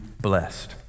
blessed